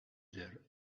their